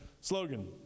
slogan